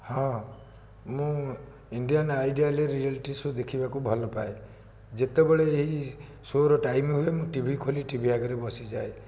ହଁ ମୁଁ Indian idol reality show' ଦେଖିବାକୁ ଭଲପାଏ ଯେତେବେଳେ ଏହି ସୋ'ର ଟାଇମ୍ ହୁଏ ମୁଁ ଟି ଭି ଖୋଲି ଟି ଭି ଆଗରେ ବସିଯାଏ